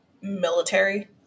Military